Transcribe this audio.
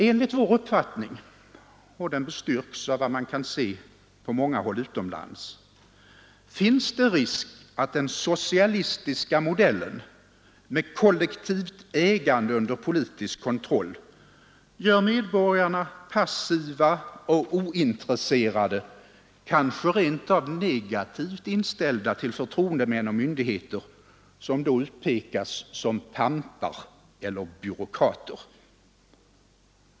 Enligt vår uppfattning — och den bestyrks av vad man kan se på många håll utomlands — finns det risk att den socialistiska modellen med kollektivt ägande under politisk kontroll gör medborgarna passiva och ointresserade, kanske rent av negativt inställda till förtroendemän och myndigheter, som då utpekas som pampar eller byråkrater.